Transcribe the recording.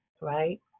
right